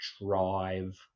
drive